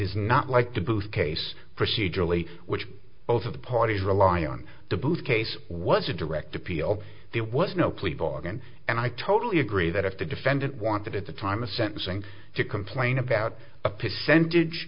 is not like the booth case procedurally which both of the parties rely on the booth case was a direct appeal there was no plea bargain and i totally agree that if the defendant wanted at the time of sentencing to complain about a percentage